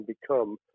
become